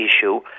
issue